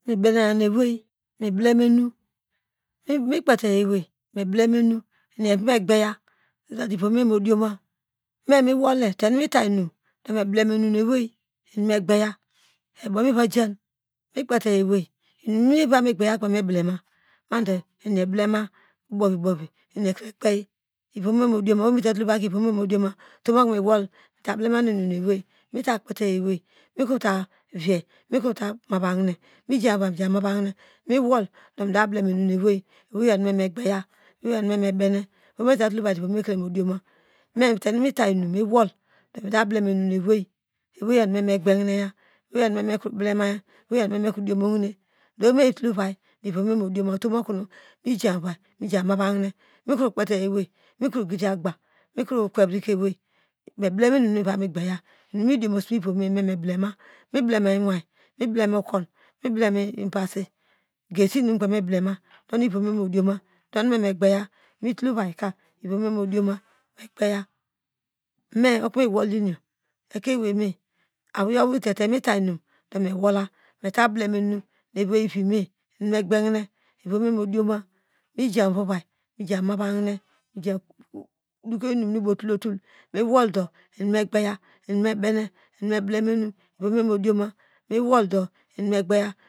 Mibeneya nu ewei meblema enu mukpetete ewei eni evamigbayei medo ivom modio ma memiwole tenu meta inum mebliema enu mu ewei eni megbeye mitakpete ewei me krotaviye mekrote mahanine mijan mo ovai mija mava hine muwol do mitablema enu ne wei ewei yo nu me eni me gbeya enu mebene oho metatul ovail do ivom vomekre mo dioma mete numeta inum mewol metable ma enu nuewei eweiyo mime enime gbeya me bene ohome yitul oyail ivome modioma otom okono meja mu ovai meken ma va hine mekro kpete owei mekro gida gba mekro kwevreke ewei meblema enu nu mivami gbeya inimi diomose ivome nume mublema meblema iwin me blema okun meblema ohonu wome modiomu tenu megbeye metul ovaika ivome modiome migbeye me okon mewolye ekein eweime meja mouvum mija dokoy ihum newol do eni megbeya mebene iyomi modioma eni